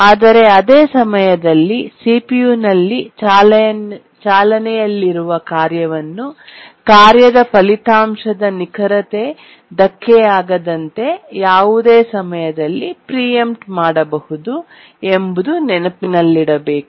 ಆದರೆ ಅದೇ ಸಮಯದಲ್ಲಿ ಸಿಪಿಯುನಲ್ಲಿ ಚಾಲನೆಯಲ್ಲಿರುವ ಕಾರ್ಯವನ್ನು ಕಾರ್ಯದ ಫಲಿತಾಂಶದ ನಿಖರತೆಗೆ ಧಕ್ಕೆಯಾಗದಂತೆ ಯಾವುದೇ ಸಮಯದಲ್ಲಿ ಪ್ರಿ ಎಂಪ್ಟ್ ಮಾಡಬಹುದು ಎಂಬುದನ್ನು ನೆನಪಿನಲ್ಲಿಡಬೇಕು